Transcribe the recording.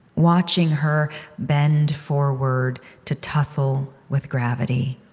watching her bend forward to tussle with gravity,